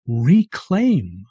reclaim